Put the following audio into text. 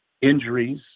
injuries